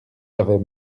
avaient